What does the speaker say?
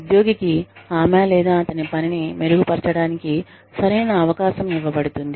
ఉద్యోగికి ఆమె లేదా అతని పనిని మెరుగుపరచడానికి సరైన అవకాశం ఇవ్వబడుతుంది